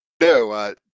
No